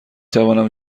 توانم